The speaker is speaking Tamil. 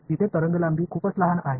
எனவே அங்கு அலைநீளம் மிகவும் சிறியது